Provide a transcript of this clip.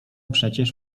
przecież